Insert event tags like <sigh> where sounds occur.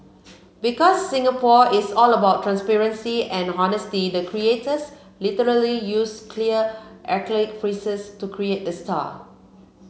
because Singapore is all about transparency and honesty the creators literally used clear acrylic <unintelligible> to create the star